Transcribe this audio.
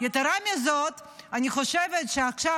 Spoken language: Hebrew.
שתלו לך --- יתרה מזאת, אני חושבת שעכשיו,